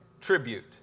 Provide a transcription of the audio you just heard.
tribute